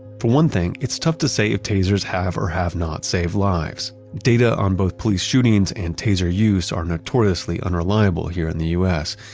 for one thing, it's tough to say if tasers have or have not saved lives. data on both police shootings and taser use are notoriously unreliable here in the us,